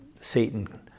Satan